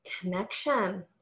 connection